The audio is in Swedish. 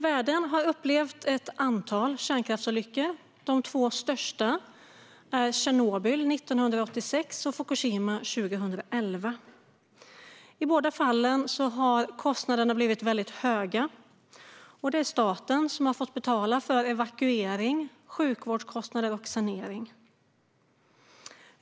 Världen har upplevt ett antal kärnkraftsolyckor. De två största är Tjernobyl 1986 och Fukushima 2011. I båda fallen har kostnaderna blivit väldigt höga, och det är staten som har fått betala för evakuering, sjukvårdskostnader och sanering.